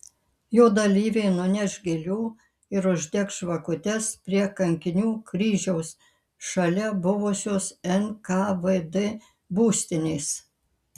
jo dalyviai nuneš gėlių ir uždegs žvakutes prie kankinių kryžiaus šalia buvusios nkvd būstinės